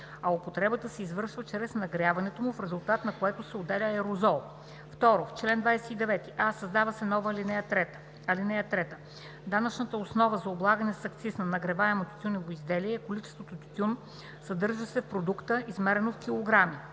а употребата се извършва чрез нагряването му, в резултат на което се отделя аерозол.“ 2. В чл. 29: а) създава се нова ал. 3: „(3) Данъчната основа за облагане с акциз за нагреваемо тютюнево изделие е количеството тютюн съдържащ се в продукта, измерено в килограми.“;